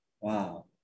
Wow